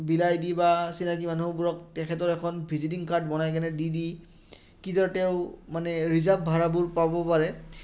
বিলায় দি বা চিনাকী মানুহবোৰক তেখেতৰ এখন ভিজিটিং কাৰ্ড বনাই কেনে দি দি কি দৰে তেওঁ মানে ৰিজাৰ্ভ ভাড়াবোৰ পাব পাৰে